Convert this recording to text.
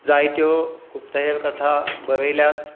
जायत्यो गुप्तहेर कथा बरयल्यात